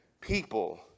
people